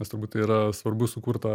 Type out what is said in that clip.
nes turbūt tai yra svarbu sukurt tą